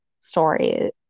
story